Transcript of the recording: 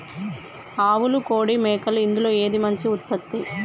ఆవులు కోడి మేకలు ఇందులో ఏది మంచి ఉత్పత్తి?